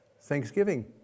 thanksgiving